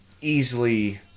easily